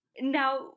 Now